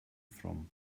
from